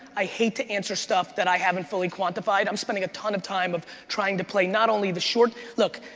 i hate to answer stuff that i haven't fully quantified. i'm spending a ton of time of trying to play not only the short, look,